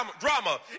drama